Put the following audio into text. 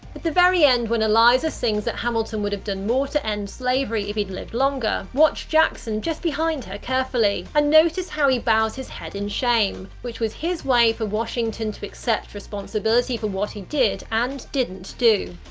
at the very end, when eliza sings that hamilton would have done more to end slavery if he'd lived longer, watch jackson just behind her carefully, and notice how he bows his head in shame, which was his way for washington to accept responsibility for what he did and didn't do.